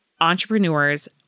entrepreneurs